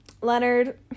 Leonard